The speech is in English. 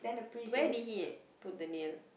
where did he put the nail